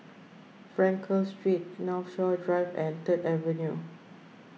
Frankel Street Northshore Drive and Third Avenue